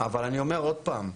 אבל אני אומר עוד פעם,